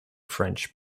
french